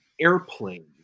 airplane